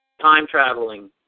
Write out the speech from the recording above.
time-traveling